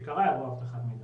שקרה אירוע אבטחת מידע.